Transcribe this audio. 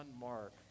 Mark